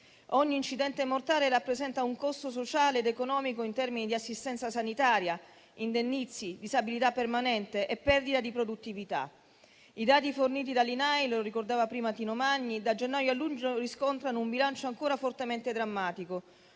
Ogni incidente mortale rappresenta un costo sociale ed economico in termini di assistenza sanitaria, indennizzi, disabilità permanente e perdita di produttività. I dati forniti dall'INAIL - lo ricordava prima il senatore Tino Magni - da gennaio a luglio riscontrano un bilancio ancora fortemente drammatico: